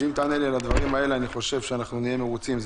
אם תענה לי על הדברים האלה אני חושב שנהיה מרוצים,